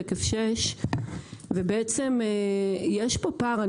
שקף מספר 6. יש כאן פער.